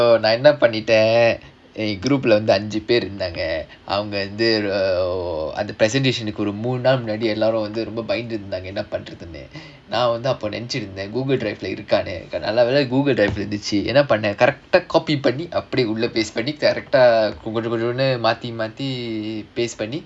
so நான் என்ன பண்ணிட்டேன்:naan enna pannittaen group leh வந்து அஞ்சு பேர் இருந்தாங்க:vandhu anju per irunthaanga under presentation நான் அப்போ நெனச்சிருந்தேன்:naan appo nenachirunthaen Google drive leh இருக்கானு நல்ல வேளை:irukkaanu nalla velai Google drive leh இருந்துச்சு நான் என்ன பண்ணேன்:irunthuchu naan enna pannaen copy பண்ணி உள்ள:panni ulla paste பண்ணி:panni